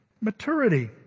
Maturity